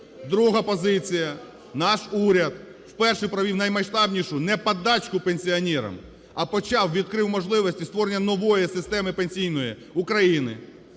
Друга позиція. Наш уряд вперше провівнаймасштабнішу не подачку пенсіонерам, а почав, відкрив можливості створення нової системи пенсійної України.